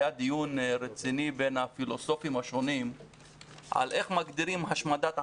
היה דיון רציני בין הפילוסופים השונים על איך מגדירים השמדת עם,